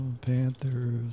Panthers